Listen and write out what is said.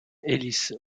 ellis